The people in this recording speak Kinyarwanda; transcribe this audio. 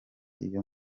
iyo